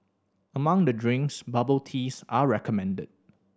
among the drinks bubble teas are recommended